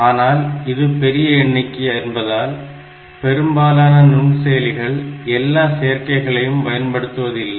ஆனால் இது பெரிய எண்ணிக்கை என்பதால் பெரும்பாலான நுண்செயலிகள் எல்லா சேர்க்கைகளையும் பயன்படுத்துவத இல்லை